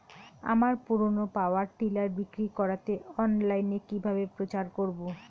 আমার পুরনো power tiller বিক্রি করাতে অনলাইনে কিভাবে প্রচার করব?